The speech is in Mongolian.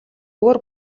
өөр